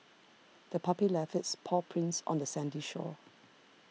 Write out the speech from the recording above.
the puppy left its paw prints on the sandy shore